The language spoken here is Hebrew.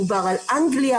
מדובר על אנגליה.